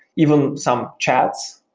even some chats,